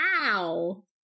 ow